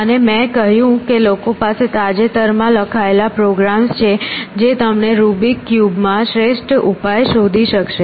અને મેં કહ્યું કે લોકો પાસે તાજેતરમાં લખાયેલા પ્રોગ્રામ્સ છે જે તમને રુબિક ક્યુબમાં શ્રેષ્ઠ ઉપાય શોધી કાઢશે